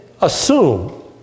assume